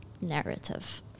narrative